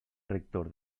rector